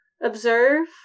Observe